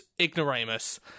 ignoramus